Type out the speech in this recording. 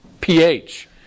pH